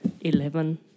Eleven